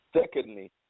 Secondly